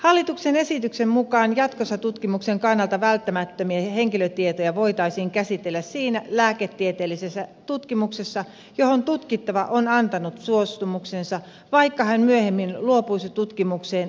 hallituksen esityksen mukaan jatkossa tutkimuksen kannalta välttämättömiä henkilötietoja voitaisiin käsitellä siinä lääketieteellisessä tutkimuksessa johon tutkittava on antanut suostumuksensa vaikka hän myöhemmin luopuisi tutkimukseen osallistumisesta